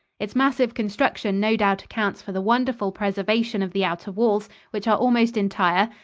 its massive construction no doubt accounts for the wonderful preservation of the outer walls, which are almost entire,